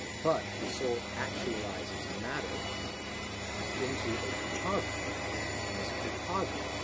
but the soul actualizes matter into a composite and this composite,